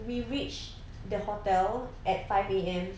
we reached the hotel at five A_M